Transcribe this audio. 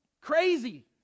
crazy